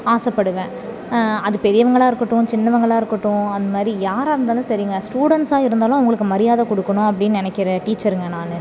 ஆசைப்படுவேன் அது பெரியவங்களா இருக்கட்டும் சின்னவங்களா இருக்கட்டும் அது மாதிரி யாராக இருந்தாலும் சரிங்க ஸ்டூடண்ட்ஸாக இருந்தாலும் அவங்களுக்கு மரியாதை கொடுக்கணும் அப்படின்னு நினைக்கிற டீச்சருங்கள் நான்